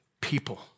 people